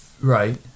Right